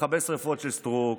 מכבה שרפות של סטרוק,